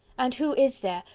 and who is there,